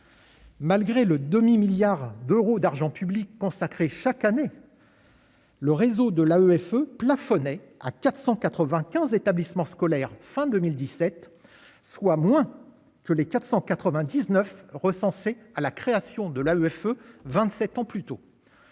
Malgré le demi-milliard d'euros d'argent public consacrée chaque année. Le réseau de la EFE plafonné à 495 établissements scolaires fin 2017, soit moins que les 499 recensés à la création de la EFE 27 ans plus tôt.